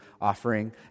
offering